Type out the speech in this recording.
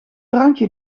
drankje